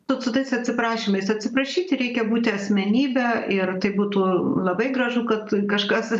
nu su tais atsiprašymais atsiprašyti reikia būti asmenybe ir tai būtų labai gražu kad kažkas